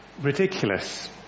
ridiculous